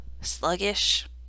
sluggish